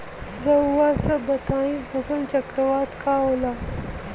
रउआ सभ बताई फसल चक्रवात का होखेला?